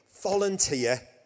volunteer